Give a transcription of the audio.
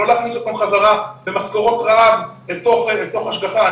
לא להכניס אותן חזרה במשכרוות רעב אל תוך השגחה.